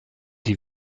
die